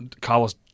Carlos